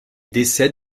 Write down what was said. décède